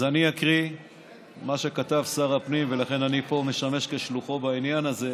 אז אני אקריא מה שכתב שר הפנים ולכן אני פה משמש כשלוחו בעניין הזה.